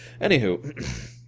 Anywho